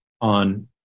on